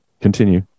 continue